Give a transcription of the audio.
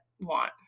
want